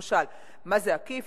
למשל, מה זה עקיף?